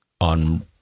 on